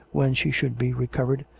when she should be recovered,